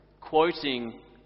quoting